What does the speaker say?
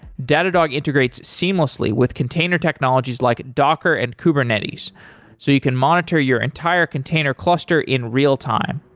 datadog integrates seamlessly with container technologies like docker and kubernetes so you can monitor your entire container cluster in real time.